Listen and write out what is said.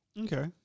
Okay